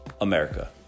america